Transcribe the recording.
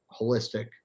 holistic